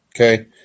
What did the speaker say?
Okay